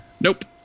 Nope